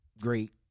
Great